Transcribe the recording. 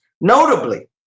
Notably